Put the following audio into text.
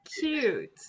cute